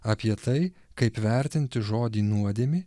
apie tai kaip vertinti žodį nuodėmė